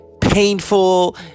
painful